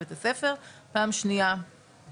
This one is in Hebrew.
אנחנו פועלים בתוך המסגרות הפורמליות,